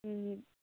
ꯎꯝ